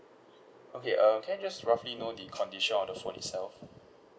okay um can I just roughly know the condition of the phone itself